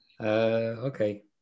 okay